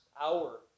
hour